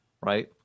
right